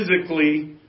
physically